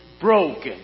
broken